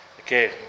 Okay